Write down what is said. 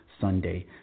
Sunday